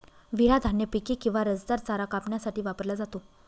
विळा धान्य पिके किंवा रसदार चारा कापण्यासाठी वापरला जातो